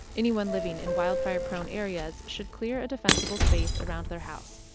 anyone living in wildfire prone areas should clear a defensible space around their house.